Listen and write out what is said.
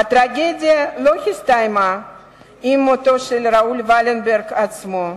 הטרגדיה לא הסתיימה עם מותו של ראול ולנברג עצמו.